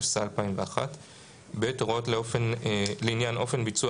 התשס"א 2001; (ב) הוראות לעניין אופן ביצוע